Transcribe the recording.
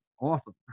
awesome